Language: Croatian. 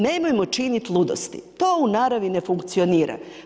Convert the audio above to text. Nemojmo činiti ludosti, to u naravi ne funkcionira.